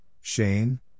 Shane